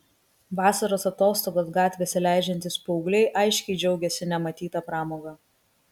vasaros atostogas gatvėse leidžiantys paaugliai aiškiai džiaugėsi nematyta pramoga